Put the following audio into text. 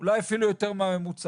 אולי אפילו יותר מהממוצע,